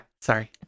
sorry